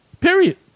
Period